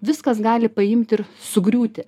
viskas gali paimti ir sugriūti